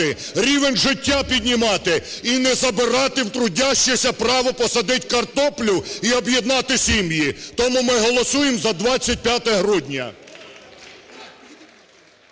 рівень життя піднімати і не забирати в трудящих право посадити картоплю і об'єднати сім'ї! Тому ми голосуємо за 25 грудня.